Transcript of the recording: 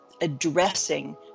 addressing